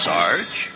Sarge